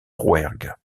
rouergue